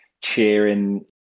cheering